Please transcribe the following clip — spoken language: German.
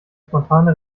spontane